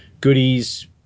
goodies